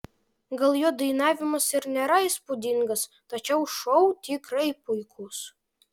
gal jo dainavimas ir nėra įspūdingas tačiau šou tikrai puikus